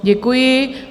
Děkuji.